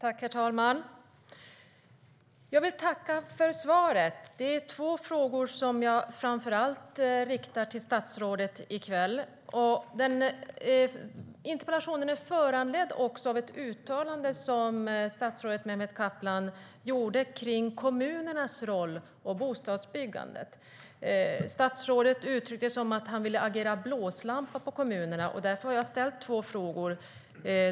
Herr talman! Jag vill tacka för svaret. Det var framför allt två frågor som jag ville rikta till statsrådet i kväll. Interpellationen är föranledd av ett uttalande som statsrådet Mehmet Kaplan gjorde kring kommunernas roll och bostadsbyggandet. Statsrådet uttryckte att han ville agera blåslampa på kommunerna.